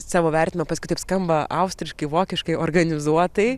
savo vertinau paskui taip skamba austriškai vokiškai organizuotai